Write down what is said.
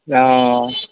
অঁ অঁ